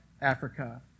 Africa